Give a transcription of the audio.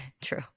true